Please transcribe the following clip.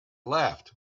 laughed